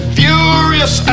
furious